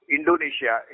Indonesia